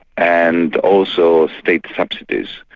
and also state subsidies,